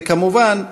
וכמובן,